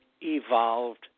evolved